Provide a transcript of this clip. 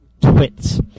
twits